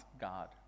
God